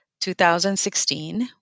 2016